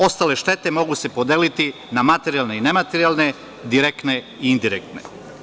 Ostale štete mogu se podeliti na materijalne i nematerijalne, direktne i indirektne.